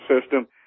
system